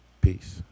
Peace